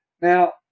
Now